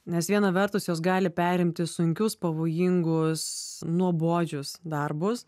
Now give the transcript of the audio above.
nes viena vertus jos gali perimti sunkius pavojingus nuobodžius darbus